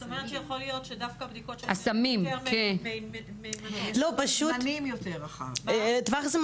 לימור סון הר מלך (עוצמה יהודית): זאת אומרת